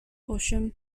osiem